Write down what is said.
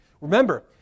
Remember